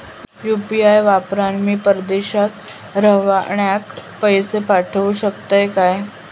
UPI वापरान मी परदेशाक रव्हनाऱ्याक पैशे पाठवु शकतय काय?